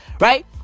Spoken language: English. Right